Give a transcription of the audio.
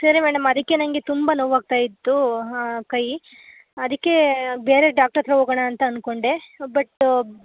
ಸರಿ ಮೇಡಮ್ ಅದಕ್ಕೆ ನನಗೆ ತುಂಬ ನೋವಾಗ್ತ ಇತ್ತು ಹಾಂ ಕೈ ಅದಕ್ಕೆ ಬೇರೆ ಡಾಕ್ಟ್ರ್ ಹತ್ತಿರ ಹೋಗೋಣ ಅಂತ ಅಂದ್ಕೊಂಡೆ ಬಟ್